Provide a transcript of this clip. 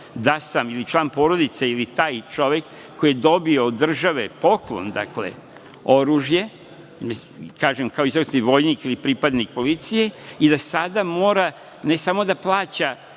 da sam ili član porodice ili taj čovek, koji je dobio od države poklon oružje, kažem kao izvrsni vojnik ili pripadnik policije, i da sada mora, ne samo da plaća